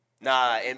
Nah